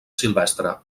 silvestre